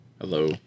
Hello